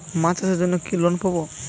মাছ চাষের জন্য কি লোন পাব?